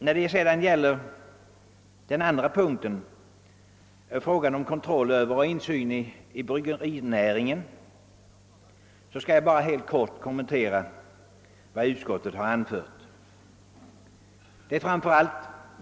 När det gäller den andra punkten — frågan om kontroll över och insyn i bryggerinäringen — skall jag helt kort kommentera vad utskottet anfört.